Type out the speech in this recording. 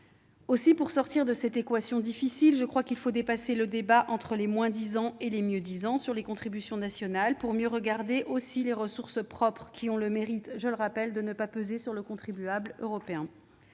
? Pour sortir de cette équation difficile, je crois qu'il faut dépasser le débat entre les moins-disants et les mieux-disants en matière de contributions nationales et se pencher sur les ressources propres, qui ont le mérite, je le rappelle, de ne pas peser sur le contribuable européen.